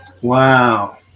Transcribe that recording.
Wow